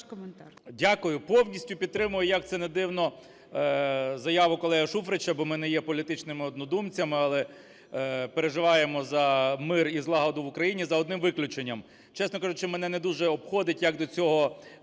Дякую. Повністю підтримую, як це не дивно, заяву колеги Шуфрича, бо ми не є політичними однодумцями, але переживаємо за мир і злагоду в Україні, за одним виключенням: чесно кажучи, мене не дуже обходить, як до цього